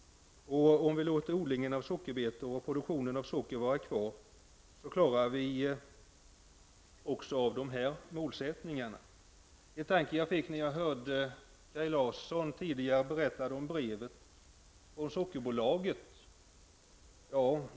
Om vi låter odlingen av sockerbetor och produktionen av socker vara kvar, klarar vi också av dessa målsättningar. Kaj Larsson berättade tidigare i debatten om brevet från Sockerbolaget.